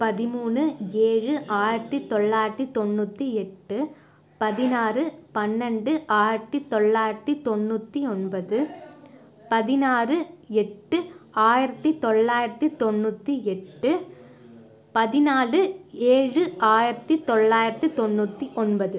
பதிமூன்று ஏழு ஆயிரத்தி தொள்ளாயிரத்தி தொண்ணூற்றி எட்டு பதினாறு பன்னினண்டு ஆயிரத்தி தொள்ளாயிரத்தி தொண்ணூற்றி ஒன்பது பதினாறு எட்டு ஆயிரத்தி தொள்ளாயிரத்தி தொண்ணூற்றி எட்டு பதினாலு ஏழு ஆயிரத்தி தொள்ளாயிரத்தி தொண்ணூற்றி ஒன்பது